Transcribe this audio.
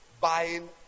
buying